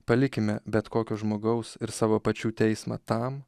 palikime bet kokio žmogaus ir savo pačių teismą tam